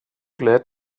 glad